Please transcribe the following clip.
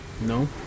No